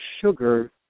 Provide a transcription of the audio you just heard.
sugar